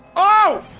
oh